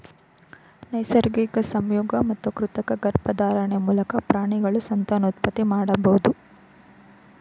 ನೈಸರ್ಗಿಕ ಸಂಯೋಗ ಮತ್ತು ಕೃತಕ ಗರ್ಭಧಾರಣೆ ಮೂಲಕ ಪ್ರಾಣಿಗಳು ಸಂತಾನೋತ್ಪತ್ತಿ ಮಾಡಬೋದು